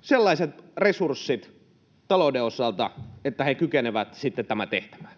sellaiset resurssit talouden osalta, että ne kykenevät sitten tähän tehtävään.